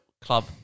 Club